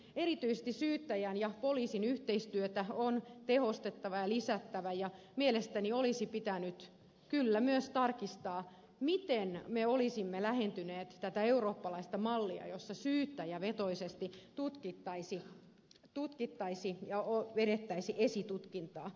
erityisesti syyttäjän ja poliisin yhteistyötä on tehostettava ja lisättävä ja mielestäni olisi pitänyt kyllä myös tarkistaa miten me olisimme lähentyneet tätä eurooppalaista mallia jossa syyttäjävetoisesti tutkittaisiin ja vedettäisiin esitutkintaa